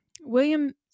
William